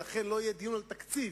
ולכן לא יהיה דיון על תקציב.